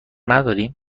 نداریم